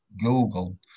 Google